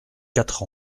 quatre